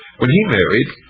when he married,